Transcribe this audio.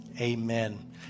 Amen